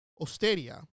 osteria